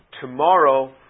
Tomorrow